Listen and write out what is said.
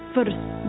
First